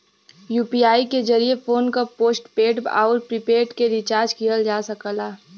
UPI के जरिये phone क पोस्टपेड आउर प्रीपेड के रिचार्ज किहल जा सकला